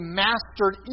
mastered